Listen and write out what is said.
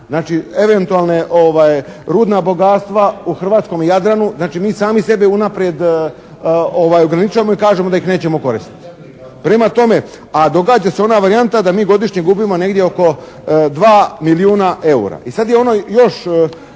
Znači, eventualne, rudna bogatstva u Hrvatskome Jadranu. Znači mi sami sebe unaprijed ograničavamo i kažemo da ih nećemo koristiti. Prema tome, a događa se ona varijanta da mi godišnje gubimo negdje oko 2 milijuna eura. I sad je ono još